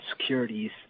securities